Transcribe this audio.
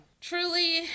Truly